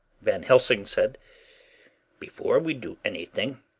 van helsing said before we do anything,